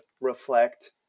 reflect